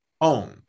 owned